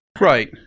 right